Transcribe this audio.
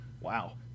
Wow